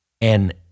And-